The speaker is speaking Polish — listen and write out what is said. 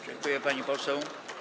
Dziękuję, pani poseł.